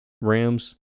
Rams